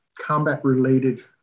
combat-related